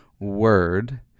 word